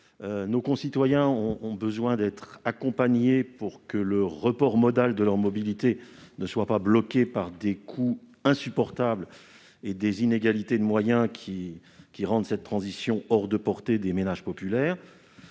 nos concitoyens pour que le report modal de leurs mobilités ne soit pas bloqué par des coûts insupportables et des inégalités de moyens rendant cette transition hors de portée des ménages populaires.